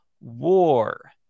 war